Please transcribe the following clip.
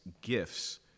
gifts